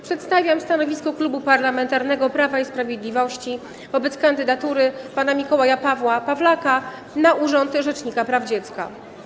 Przedstawiam stanowisko Klubu Parlamentarnego Prawo i Sprawiedliwość wobec kandydatury pana Mikołaja Pawła Pawlaka na urząd rzecznika praw dziecka.